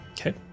okay